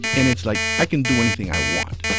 and it's like, i can do anything i want